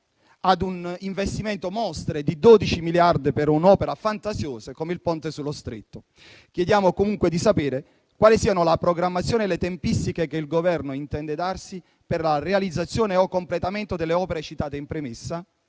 ad un investimento *monstre* di 12 miliardi per un'opera fantasiosa, come il Ponte sullo Stretto. Chiediamo comunque di sapere quali siano la programmazione e le tempistiche che il Governo intende darsi per la realizzazione o il completamento delle opere citate in premessa